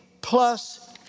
plus